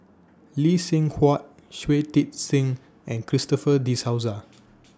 Lee Seng Huat Shui Tit Sing and Christopher De Souza